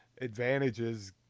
advantages